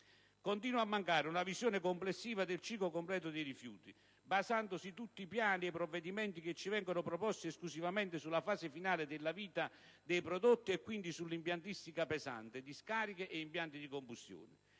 Continua a mancare una visione complessiva del ciclo completo dei rifiuti, basandosi tutti i piani e i provvedimenti che ci vengono proposti esclusivamente sulla fase finale della vita dei prodotti e, quindi, sull'impiantistica pesante (discariche e impianti di combustione).